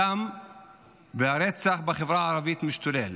הדם והרצח בחברה הערבית משתוללים,